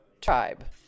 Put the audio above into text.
tribe